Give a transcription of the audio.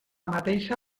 mateixa